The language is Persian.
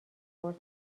برد